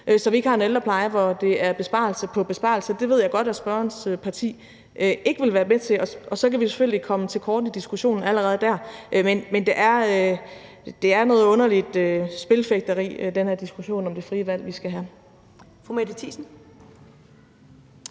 så vi ikke har en ældrepleje, hvor der er besparelse på besparelse. Det ved jeg godt at spørgerens parti ikke vil være med til, og så kan vi selvfølgelig kortslutte diskussionen allerede der. Men den her diskussion om det frie valg, vi har,